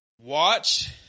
Watch